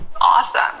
Awesome